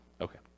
Okay